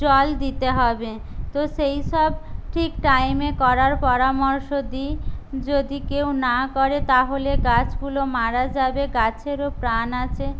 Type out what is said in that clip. জল দিতে হবে তো সেই সব ঠিক টাইমে করার পরামর্শ দিই যদি কেউ না করে তাহলে গাছগুলো মারা যাবে গাছেরও প্রাণ আছে